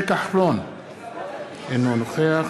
אינו נוכח